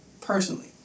personally